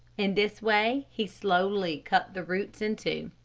in this way he slowly cut the roots in two.